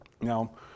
Now